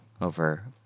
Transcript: over